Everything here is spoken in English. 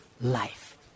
life